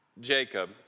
Jacob